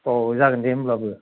अह जागोन दे होमब्लाबो